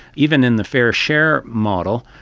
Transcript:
even in the fair share model,